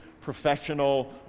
professional